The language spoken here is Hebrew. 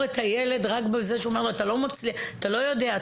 את הילד רק בזה שהוא אומר לו: "אתה לא יודע,